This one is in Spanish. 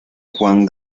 juan